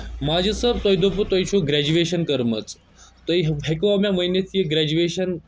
ماجد صٲب تۄہہِ دوٚپوٗ تُہۍ چھُو گریجویشن کٔرمٕژ تُہۍ ہٮ۪کوٕ مےٚ ؤنِتھ یہِ گریجویشن